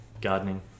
gardening